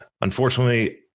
unfortunately